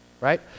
right